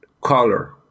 color